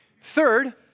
third